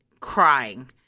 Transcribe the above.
crying